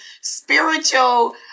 spiritual